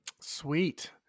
Sweet